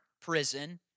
prison